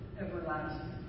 everlasting